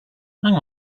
hang